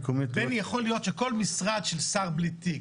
יכול להיות שכל משרד של שר בלי תיק,